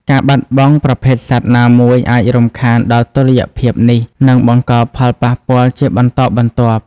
ការបាត់បង់ប្រភេទសត្វណាមួយអាចរំខានដល់តុល្យភាពនេះ និងបង្កផលប៉ះពាល់ជាបន្តបន្ទាប់។